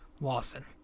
Lawson